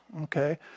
okay